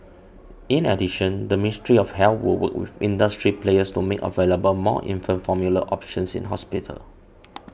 in addition the Ministry of Health will work with industry players to make available more infant formula options in hospitals